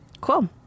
cool